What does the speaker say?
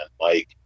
Mike